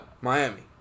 Miami